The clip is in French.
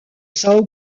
são